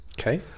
Okay